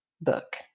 book